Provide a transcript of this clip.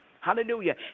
hallelujah